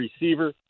receiver